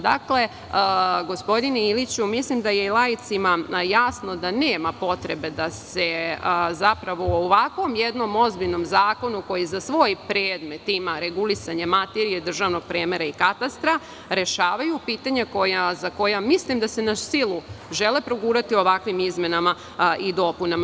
Dakle, gospodine Iliću, mislim da je i laicima jasno da nema potrebe da se u ovakvom jednom ozbiljnom zakonu, koji za svoj predmet ima regulisanje materije državnog premera i katastra rešavaju pitanja za koja mislim da se na silu žele progurati ovakvim izmenama i dopunama.